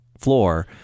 floor